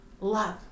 love